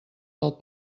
del